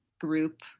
group